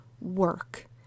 work